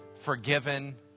forgiven